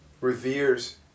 reveres